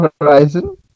horizon